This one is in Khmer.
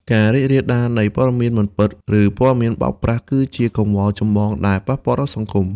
ការរីករាលដាលនៃ ព័ត៌មានមិនពិត ឬព័ត៌មានបោកប្រាស់ គឺជាកង្វល់ចម្បងដែលប៉ះពាល់ដល់សង្គម។